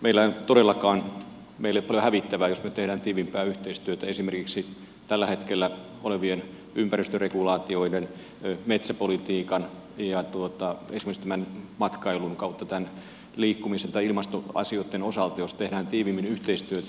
meillä ei todellakaan ole paljon hävittävää jos me teemme tiiviimpää yhteistyötä esimerkiksi tällä hetkellä ympäristöregulaatioiden metsäpolitiikan matkailun tai liikkumisen ja ilmastoasioitten osalta